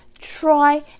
try